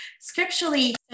scripturally